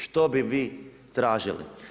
Što bi vi tražili?